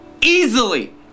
easily